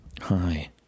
hi